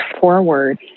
forward